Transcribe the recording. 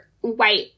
white